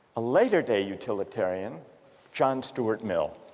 a later day utilitarian john stuart mill